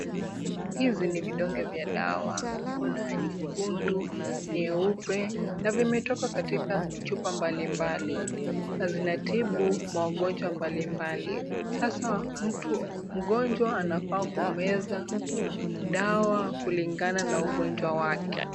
Hizi ni vidonge za dawa. Kuna nyekundu, nyeupe na vimetoka katika chupa mbalimbali na zinatibu maugonjwa mbalimbali. Sasa mgonjwa anafaa kumeza dawa kulingana na ugonjwa wake.